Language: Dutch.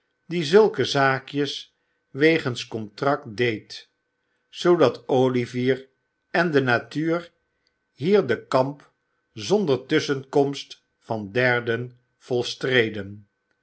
die zulke zaakjes wegens contract deed zoodat olivier en de natuur hier den kamp zonder tusschenkomst van derden volstreden